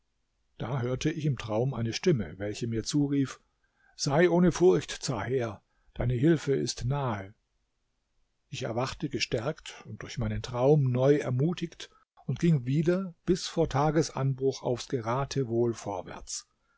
da hörte ich im traum eine stimme welche mir zurief sei ohne furcht zaher deine hilfe ist nahe ich erwachte gestärkt und durch meinen traum neu ermutigt und ging wieder bis vor tagesanbruch aufs geratewohl vorwärts